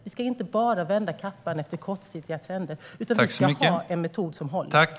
Vi ska inte bara vända kappan efter vinden så att det blir kortsiktiga trender, utan vi ska ha en metod som håller.